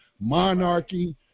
monarchy